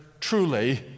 truly